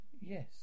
Yes